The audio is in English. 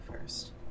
first